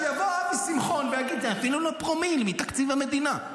יבוא אבי שמחון ויגיד: זה אפילו לא פרומיל מתקציב המדינה.